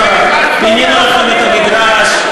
פינינו לכם את המגרש,